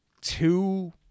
two